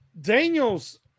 Daniels